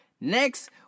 next